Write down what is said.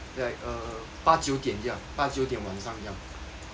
like err 八九点这样八九点晚上这样